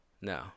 No